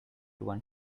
one